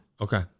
Okay